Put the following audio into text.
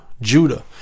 Judah